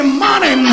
money